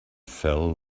fell